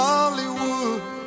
Hollywood